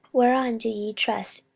whereon do ye trust,